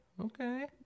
Okay